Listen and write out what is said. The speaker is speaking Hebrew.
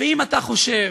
אם אתה חושב,